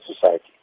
society